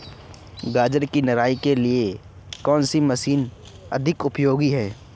गाजर की निराई के लिए कौन सी मशीन अधिक उपयोगी है?